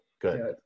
good